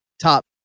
top